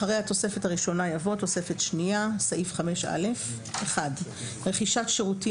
אחרי התוספת הראשונה יבוא: "תוספת שנייה (סעיף 5א) (1)רכישת שירותים